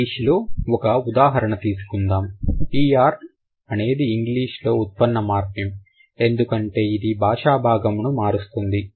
English లో ఒక ఉదాహరణ తీసుకుందాం అనేది ఇంగ్లీష్ లో ఉత్పన్న మార్ఫిమ్ ఎందుకంటే ఇది భాషాభాగమును మారుస్తుంది